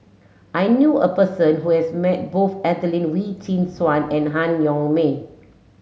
I knew a person who has met both Adelene Wee Chin Suan and Han Yong May